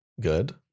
good